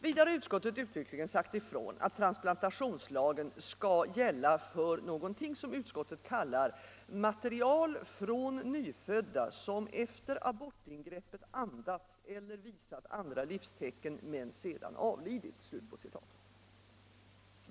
Vidare har utskottet uttryckligen sagt ifrån att transplantationslagen skall gälla för vad utskottet kallar ”material från nyfödda som efter abortingreppet andats eller visat andra livstecken men sedan avlidit”.